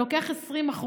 שלוקח 20%,